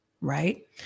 right